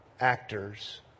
actors